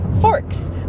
forks